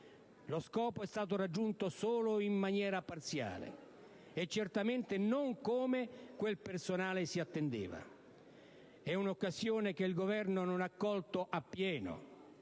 Lo scopo è stato raggiunto solo in maniera parziale e, certamente, non come quel personale si attendeva. È una occasione che il Governo non ha colto appieno,